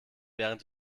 während